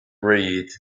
read